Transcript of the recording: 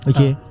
Okay